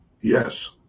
yes